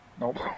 Nope